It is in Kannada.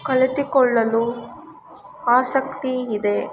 ಕಲಿತುಕೊಳ್ಳಲು ಆಸಕ್ತಿ ಇದೆ